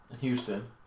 Houston